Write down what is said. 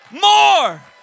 more